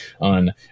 on